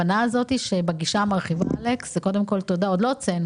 אלכס, קודם כול תודה.